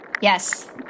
Yes